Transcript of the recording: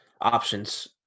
options